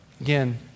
again